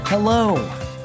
Hello